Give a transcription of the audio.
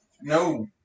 No